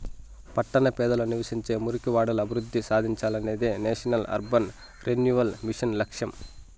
పట్టణ పేదలు నివసించే మురికివాడలు అభివృద్ధి సాధించాలనేదే నేషనల్ అర్బన్ రెన్యువల్ మిషన్ లక్ష్యం